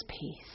peace